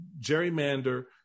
gerrymander